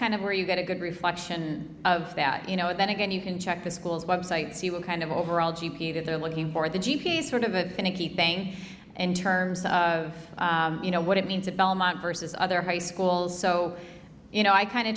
kind of where you get a good reflection of that you know then again you can check the school's website see what kind of overall g p a they're looking for the g p s sort of a finicky thing in terms of you know what it means at belmont versus other high schools so you know i kind